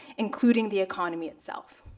including the economy itself.